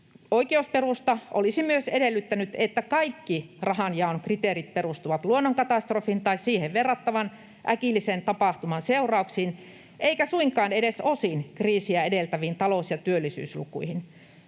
oikeusperusta olisi myös edellyttänyt, että kaikki rahanjaon kriteerit perustuvat luonnonkatastrofin tai siihen verrattavan äkillisen tapahtuman seurauksiin eivätkä suinkaan edes osin kriisiä edeltäviin talous- ja työllisyyslukuihin.